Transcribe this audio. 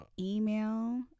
email